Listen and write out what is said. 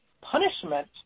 punishment